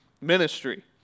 ministry